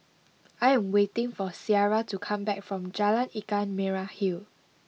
I am waiting for Ciara to come back from Jalan Ikan Merah Hill